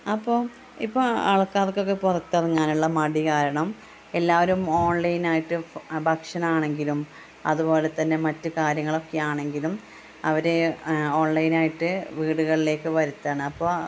അപ്പം ഇപ്പോൾ ആൾക്കാർക്കൊക്കെ പുറത്തിറങ്ങാനുള്ള മടി കാരണം എല്ലാവരും ഓൺലൈൻ ആയിട്ട് ഭക്ഷണമാണെങ്കിലും അതുപോലെത്തന്നെ മറ്റ് കാര്യങ്ങളൊക്കെയാണെങ്കിലും അവർ ഓൺലൈനിന് ആയിട്ട് വീടുകളിലേക്ക് വരുത്തുകയാണ് അപ്പോൾ